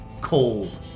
cold